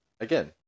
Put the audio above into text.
Again